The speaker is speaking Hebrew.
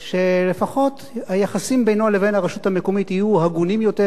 שלפחות היחסים בינו לבין הרשות המקומית יהיו הגונים יותר,